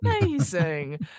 amazing